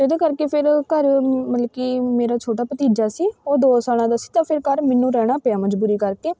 ਅਤੇ ਉਹਦੇ ਕਰਕੇ ਫਿਰ ਘਰ ਮਲ ਕਿ ਮੇਰਾ ਛੋਟਾ ਭਤੀਜਾ ਸੀ ਉਹ ਦੋ ਸਾਲਾਂ ਦਾ ਸੀ ਤਾਂ ਫਿਰ ਘਰ ਮੈਨੂੰ ਰਹਿਣਾ ਪਿਆ ਮਜ਼ਬੂਰੀ ਕਰਕੇ